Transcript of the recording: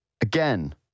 Again